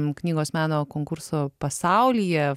į knygos meno konkurso pasaulyje